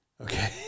okay